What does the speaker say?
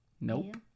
Nope